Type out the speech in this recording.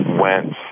went